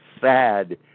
sad